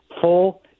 full